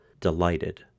delighted